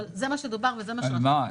אבל זה מה שדובר וזה מה --- על מה.